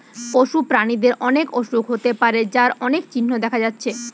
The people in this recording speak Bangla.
পশু প্রাণীদের অনেক অসুখ হতে পারে যার অনেক চিহ্ন দেখা যাচ্ছে